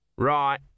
Right